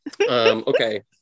Okay